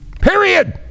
Period